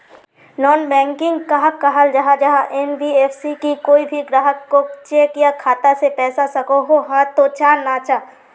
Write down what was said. Non banking कहाक कहाल जाहा जाहा एन.बी.एफ.सी की कोई भी ग्राहक कोत चेक या खाता से पैसा सकोहो, हाँ तो चाँ ना चाँ?